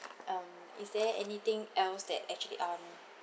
um is there anything else that actually um